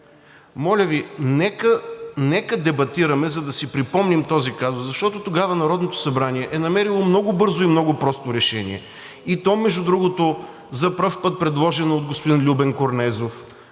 Моля Ви, нека дебатираме, за да си припомним този казус, защото тогава Народното събрание е намерило много бързо и много просто решение, и то, между другото, за пръв път предложено от господин Любен Корнезов,